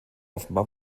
offenbar